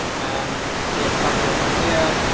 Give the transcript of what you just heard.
and you can see a couple of them here.